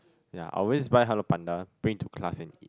ya I always buy Hello Panda bring to class and eat